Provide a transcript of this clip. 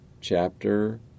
chapter